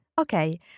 Okay